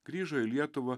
grįžo į lietuvą